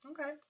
Okay